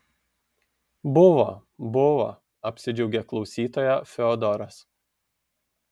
buvo buvo apsidžiaugė klausytoja fiodoras